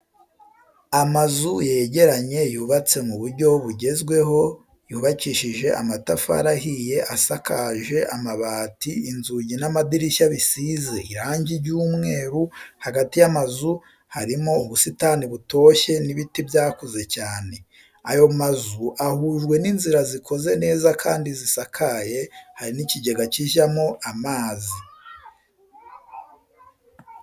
Amazu yegeranye yubatse mu buryo bugezweho yubakishije amtafari ahiye asakaje amabati inzugi n'amadirishya bisize irangi ry'umweru hagati y'amazu harimo ubusitani butoshye n'ibiti byakuze cyane, ayo mazu ahuwe n'inzira zikoze neza kandi zisakaye, hari n'ikigega kijyamo amazi.